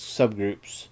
subgroups